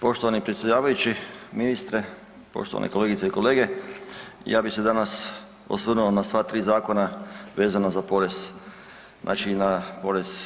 Poštovani predsjedavajući, ministre, poštovane kolegice i kolege, ja bi se danas osvrnuo na sva tri zakona vezano za porez, znači na porez